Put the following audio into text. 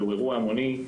שהוא אירוע המוני.